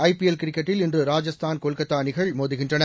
IPL கிரிக்கெட்டில் இன்று ராஜஸ்தான் கொல்கத்தா அணிகள் மோதுகின்றன